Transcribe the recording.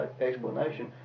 explanation